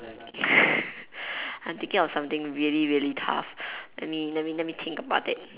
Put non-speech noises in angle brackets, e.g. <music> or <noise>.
<laughs> I'm thinking of something really really tough let me let me let me think about it